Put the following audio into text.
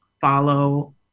follow